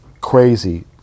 crazy